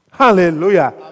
Hallelujah